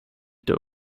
der